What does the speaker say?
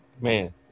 Man